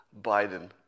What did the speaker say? Biden